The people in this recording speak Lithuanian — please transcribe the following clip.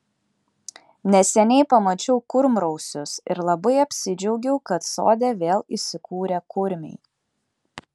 neseniai pamačiau kurmrausius ir labai apsidžiaugiau kad sode vėl įsikūrė kurmiai